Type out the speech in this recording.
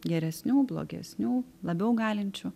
geresnių blogesnių labiau galinčių